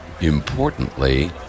importantly